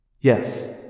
Yes